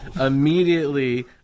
immediately